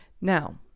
Now